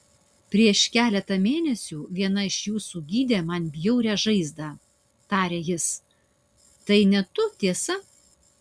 prieš keletą mėnesių viena iš jūsų gydė man bjaurią žaizdą tarė jis tai ne tu tiesa